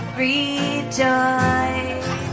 rejoice